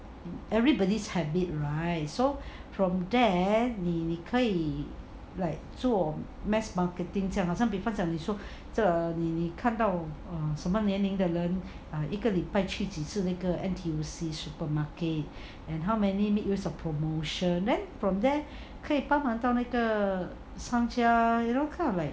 everybody's habit right so from there 你你可以 like 做 mass marketing 这样好像比方将你说你看到什么年龄的人一个礼拜去几次那个 N_T_U_C supermarket and how many make use of promotion then from there 可以帮忙到那个双交 you know kind of like